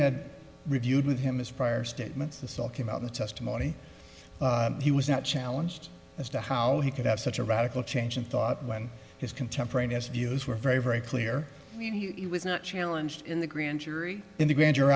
had reviewed with him his prior statements this all came out in the testimony he was not challenged as to how he could have such a radical change in thought when his contemporaneous views were very very clear when he was not challenged in the grand jury in the grand you're